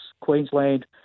Queensland